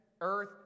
earth